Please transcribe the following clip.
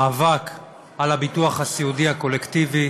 מאבק על הביטוח הסיעודי הקולקטיבי.